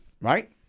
right